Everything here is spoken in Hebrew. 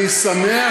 אני שמח,